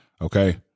Okay